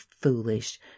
foolish